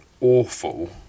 awful